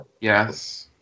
Yes